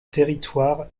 territoire